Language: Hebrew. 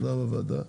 מטעם הוועדה.